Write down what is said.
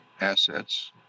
assets